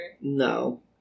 No